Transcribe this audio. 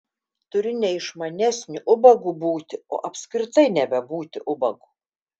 turi ne išmanesniu ubagu būti o apskritai nebebūti ubagu